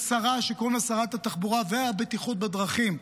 יש שרה שקוראים לה שרת התחבורה והבטיחות בדרכים.